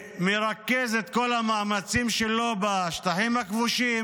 ומרכז את כל המאמצים שלו בשטחים הכבושים.